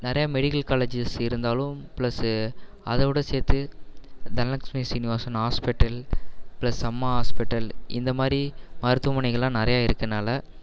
நிறையா medical colleges இருந்தாலும் plus அதோடு சேர்த்து Dhanalakshmi Srinivasan hospital plus Amma hospital இந்த மாதிரி மருத்துவமனைகள்லாம் நிறையா இருக்கனால